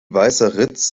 weißeritz